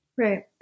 Right